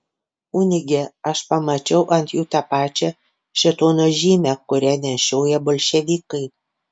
kunige aš pamačiau ant jų tą pačią šėtono žymę kurią nešioja bolševikai